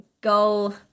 go